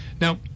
Now